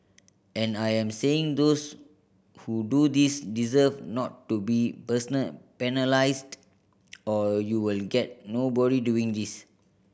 and I am saying those who do this deserve not to be penalised or you will get nobody doing this